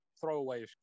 throwaway